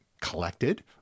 collected